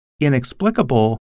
inexplicable